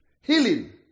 Healing